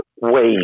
wave